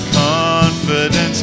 confidence